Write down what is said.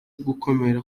gukomera